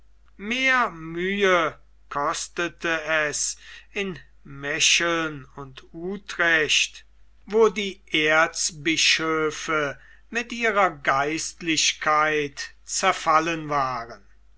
mehr mühe kostete es in mecheln und utrecht wo die erzbischöfe mit ihrer geistlichkeit zerfallen waren